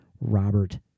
Robert